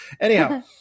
anyhow